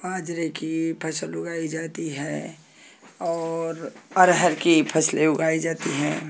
बाजरे की फ़सल उगाई जाती है और अरहर की फ़सलें उगाई जाती है